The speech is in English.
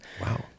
Wow